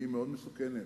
היא מאוד מסוכנת,